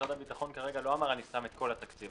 משרד הביטחון כרגע לא אמר שהוא מקציב את כל התקציב.